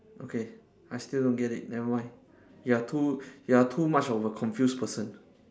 okay I still don't get it never mind you are too you are too much of a confused person